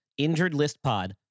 InjuredListPod